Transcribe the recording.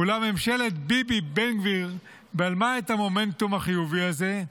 אולם ממשלת ביבי-בן גביר בלמה את המומנטום החיובי הזה,